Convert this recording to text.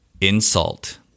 Insult